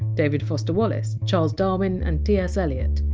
david foster wallace, charles darwin and ts eliot